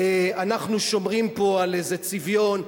אנחנו שומרים פה על איזה צביון.